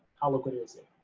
how liquid is it?